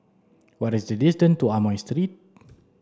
what is the distance to Amoy Street